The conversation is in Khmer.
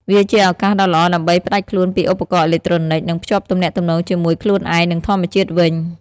វាជាឱកាសដ៏ល្អដើម្បីផ្តាច់ខ្លួនពីឧបករណ៍អេឡិចត្រូនិក និងភ្ជាប់ទំនាក់ទំនងជាមួយខ្លួនឯង និងធម្មជាតិវិញ។